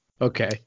Okay